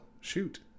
shoot